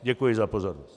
Děkuji za pozornost.